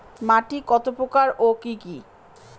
মাটি কতপ্রকার ও কি কী?